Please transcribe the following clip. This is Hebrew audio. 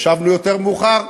ישבנו יותר מאוחר,